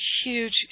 huge